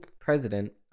president